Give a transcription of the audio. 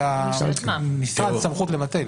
סמכות לבטל?